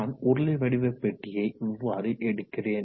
நான் உருளை வடிவ பெட்டியை இவ்வாறு எடுக்கிறேன்